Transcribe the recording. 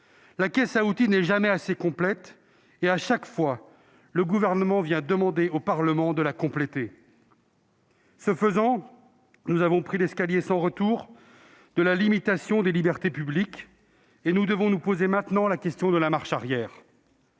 La caisse à outils n'est jamais assez complète ; à chaque fois, le Gouvernement vient demander au Parlement de la compléter. Ce faisant, nous avons pris le chemin sans retour de la limitation des libertés publiques ; nous devons nous poser maintenant la question de la marche arrière.